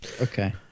Okay